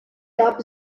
gab